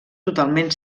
totalment